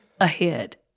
ahead